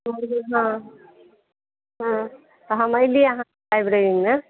हँ हँ तऽ हम एलहुँ अहाँ